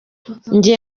njye